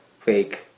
fake